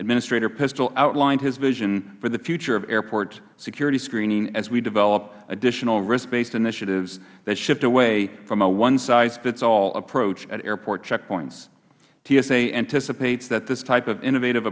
administrator pistole outlined his vision for the future of airport security screening as we develop additional risk based initiatives that shift away from a one size fits all approach at airport checkpoints tsa anticipates that this type of innovative